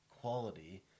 quality